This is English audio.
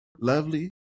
lovely